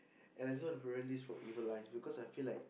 and I want to prevent this from evil eyes because I feel like